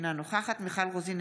אינה נוכחת מיכל רוזין,